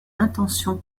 intention